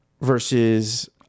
versus